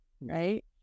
right